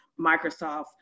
Microsoft